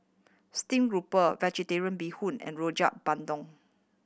stream grouper Vegetarian Bee Hoon and Rojak Bandung